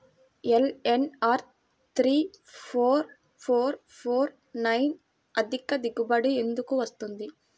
LNR three four four four nine అధిక దిగుబడి ఎందుకు వస్తుంది?